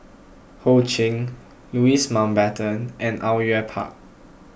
Ho Ching Louis Mountbatten and Au Yue Pak